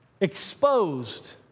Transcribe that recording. exposed